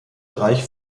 reich